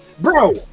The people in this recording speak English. Bro